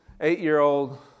eight-year-old